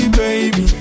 baby